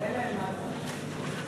תראה להם מה זה.